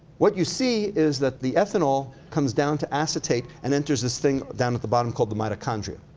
what you see is that the ethanol comes down to acetate and enters this thing down at the bottom called the mitochondria.